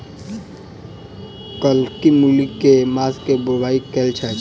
कत्की मूली केँ के मास मे बोवाई कैल जाएँ छैय?